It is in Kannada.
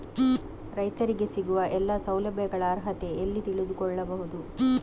ರೈತರಿಗೆ ಸಿಗುವ ಎಲ್ಲಾ ಸೌಲಭ್ಯಗಳ ಅರ್ಹತೆ ಎಲ್ಲಿ ತಿಳಿದುಕೊಳ್ಳಬಹುದು?